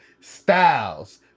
Styles